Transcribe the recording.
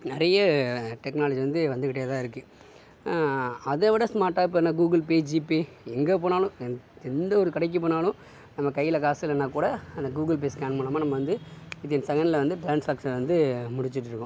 நிறைய டெக்னாலஜி வந்து வந்துகிட்டேதான் இருக்குது அதைவிட ஸ்மார்ட்டாக இப்போ என்ன கூகுள் பே ஜிபே எங்கே போனாலும் எந்த ஒரு கடைக்கு போனாலும் நம்ம கையில் காசு இல்லைனாகூட அந்த கூகுள் பே ஸ்கேன் மூலமாக நம்ம வந்து வித்தின் செகண்ட்ல வந்து ட்ரான்ஸக்ஷன் வந்து முடிச்சிட்டுருக்கோம்